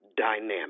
dynamic